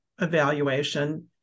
evaluation